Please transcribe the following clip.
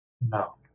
No